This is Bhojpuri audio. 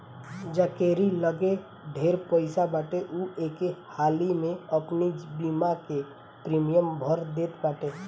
जकेरी लगे ढेर पईसा बाटे उ एके हाली में अपनी बीमा के प्रीमियम भर देत बाटे